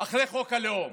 אחרי חוק הלאום.